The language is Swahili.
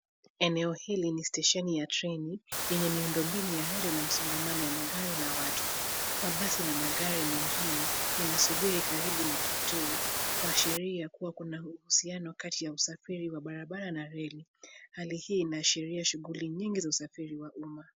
Eneo hili ni stesheni ya treni yenye miundombinu ya reli na msongamano ya magari na watu. Mabasi na magari mengine yanasubiri karibu na kituo, kuashiria kuwa kuna husiano kati ya usafiri wa barabara na reli. Hali hii inaashiria shughuli nyingi za usafiri wa uma.